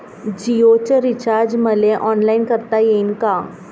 जीओच रिचार्ज मले ऑनलाईन करता येईन का?